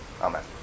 Amen